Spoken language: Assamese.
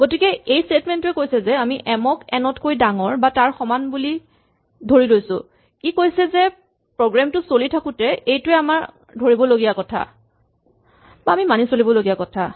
গতিকে এই স্টেটমেন্ট টোৱে কৈছে যে আমি এম ক এন তকৈ ডাঙৰ বা তাৰ সমান বুলি ধৰি লৈছো ই কৈছে যে প্ৰগ্ৰেম টো চলি থাকোতে এইটোৱেই আমাৰ ধৰি ল'ব লগীয়া কথা